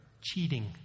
cheating